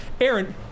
aaron